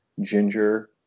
ginger